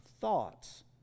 thoughts